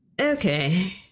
okay